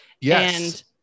Yes